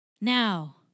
now